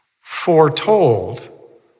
foretold